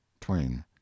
twain